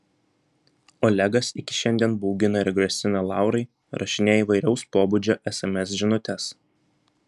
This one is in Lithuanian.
olegas iki šiandien baugina ir grasina laurai rašinėja įvairaus pobūdžio sms žinutes